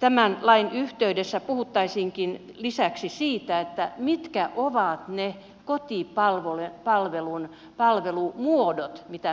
tämän lain yhteydessä puhuttaisiinkin lisäksi siitä mitkä ovat ne kotipalvelumuodot mitä me kehitämme